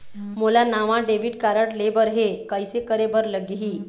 मोला नावा debit card लेबर हे, कइसे करे बर लगही?